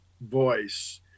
voice